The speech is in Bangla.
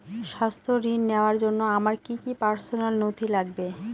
স্বাস্থ্য ঋণ নেওয়ার জন্য আমার কি কি পার্সোনাল নথি লাগবে?